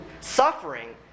suffering